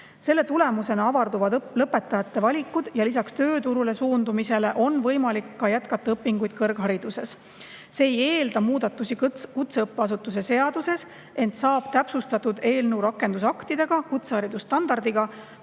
Selle tulemusena avarduvad lõpetajate valikud ja lisaks tööturule suundumisele on võimalik jätkata õpinguid kõrghariduses. See ei eelda muudatusi kutseõppeasutuse seaduses, ent saab täpsustatud eelnõu rakendusaktidega, kutseharidusstandardiga,